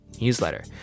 newsletter